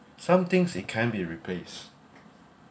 somethings it can be replace